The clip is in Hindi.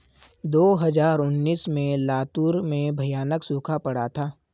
दो हज़ार उन्नीस में लातूर में भयानक सूखा पड़ा था